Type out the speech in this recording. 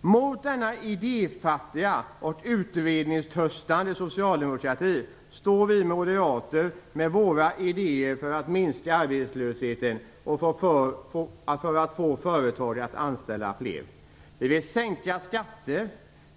Mot denna idéfattiga och utredningstörstande socialdemokrati står vi moderater med våra idéer för att minska arbetslösheten och för att få företagare att anställa fler. Vi vill sänka skatter.